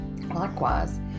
Likewise